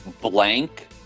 blank